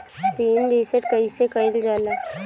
Pin reset कईसे करल जाला?